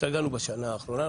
התרגלנו בשנה האחרונה.